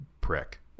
prick